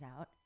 out